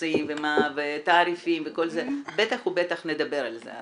קיצוצים ותעריפים וכל זה, בטח ובטח נדבר על זה.